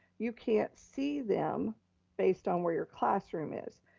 you can't see them based on where your classroom is.